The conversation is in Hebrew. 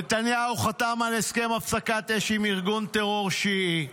נתניהו חתם על הסכם הפסקת אש עם ארגון טרור שיעי,